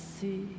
see